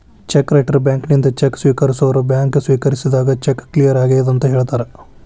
check writer ಬ್ಯಾಂಕಿನಿಂದ cheque ಸ್ವೇಕರಿಸೋರ್ bank ಸ್ವೇಕರಿಸಿದಾಗ ಚೆಕ್ ಕ್ಲಿಯರ್ ಆಗೆದಂತ ಹೇಳ್ತಾರ